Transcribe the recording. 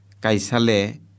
kaisale